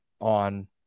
on